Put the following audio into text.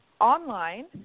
online